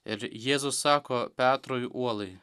ir jėzus sako petrui uolai